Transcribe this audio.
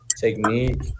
technique